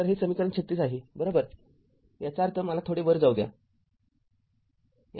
तर हे समीकरण ३६ आहे बरोबर याचा अर्थ मला थोडे वर जाऊ द्या